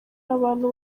abantu